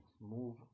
move